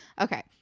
Okay